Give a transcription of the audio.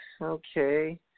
Okay